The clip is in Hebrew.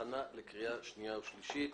הכנה לקריאה שנייה ושלישית.